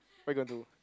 what you gonna do